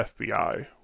FBI